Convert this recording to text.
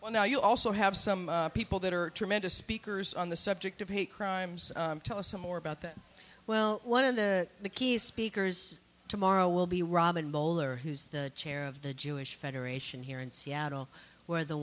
well now you also have some people that are tremendous speakers on the subject of hate crimes tell us more about that well one of the key speakers tomorrow will be robin mohler who's the chair of the jewish federation here in seattle where the